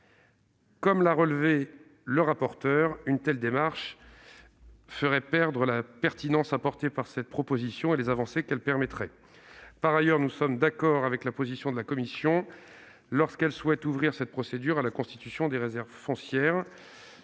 Comme l'a souligné le rapporteur, une telle démarche ferait perdre sa pertinence à cette proposition de loi et les avancées qu'elle permettrait. Par ailleurs, nous sommes d'accord avec la commission qui souhaite ouvrir cette procédure à la constitution de réserves foncières.